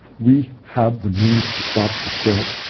we have the means to stop the spread.